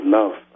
love